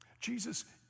Jesus